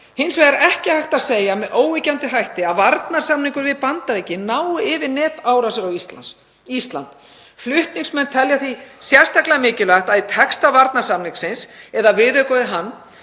Hins vegar er ekki hægt að segja með óyggjandi hætti að varnarsamningur við Bandaríkin nái yfir netárásir á Ísland. Flutningsmenn telja því sérstaklega mikilvægt að í texta varnarsamningsins eða viðauka við hann